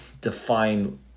define